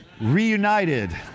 Reunited